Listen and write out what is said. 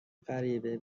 غریبه